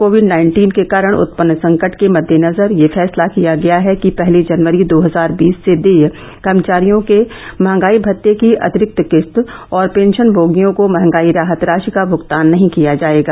Covid nineteen के कारण उत्पन्न संकट के मद्देनजर यह फैसला किया गया है कि पहली जनवरी दो हजार बीस से देय कर्मचारियों के महंगाई भत्ते की अतिरिक्त किस्त और पेंशनमोगियों को महंगाई राहत राशि का भुगतान नहीं किया जाएगा